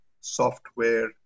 software